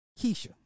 Keisha